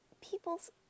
people's